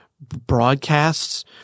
broadcasts